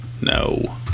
No